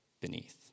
beneath